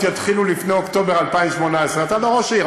יתחילו לפני אוקטובר 2018. אתה לא ראש עיר,